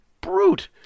brute